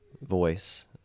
voice